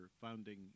founding